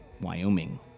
Wyoming